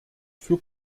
für